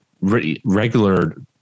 regular